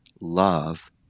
love